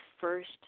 first